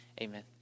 Amen